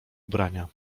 ubrania